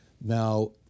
Now